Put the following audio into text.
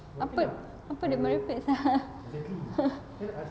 apa apa dia merepek sia